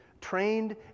trained